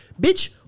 Bitch